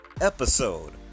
episode